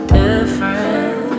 different